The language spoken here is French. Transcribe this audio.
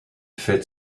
fête